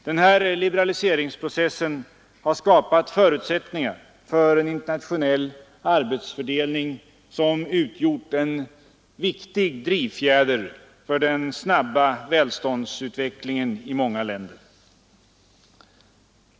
Den här liberaliseringsprocessen har skapat förutsättningar för en internationell arbetsfördelning, som har utgjort en viktig drivfjäder för den snabba välståndsutvecklingen i många länder.